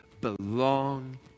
belong